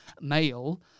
male